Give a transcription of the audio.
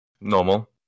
Normal